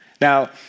Now